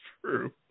true